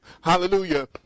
Hallelujah